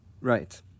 Right